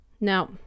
Now